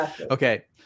Okay